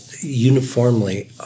uniformly